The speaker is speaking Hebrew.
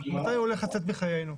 מתי הוא ייצא מחיינו,